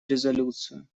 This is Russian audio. резолюцию